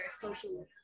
social